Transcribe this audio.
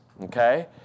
Okay